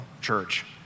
church